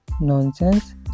nonsense